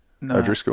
No